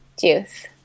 Juice